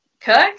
Cook